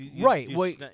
Right